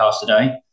today